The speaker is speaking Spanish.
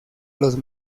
los